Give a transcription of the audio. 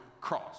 cross